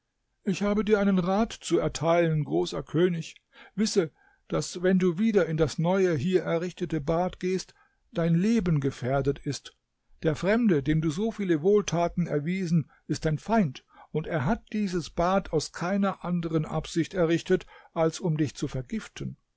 ich habe dir einen rat zu erteilen großer könig wisse daß wenn du wieder in das neue hier errichtete bad gehst dein leben gefährdet ist der fremde dem du so viele wohltaten erwiesen ist dein feind und hat dieses bad aus keiner anderen absicht errichtet als um dich zu vergiften